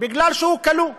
כי הוא כלוא.